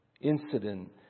incident